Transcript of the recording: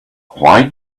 why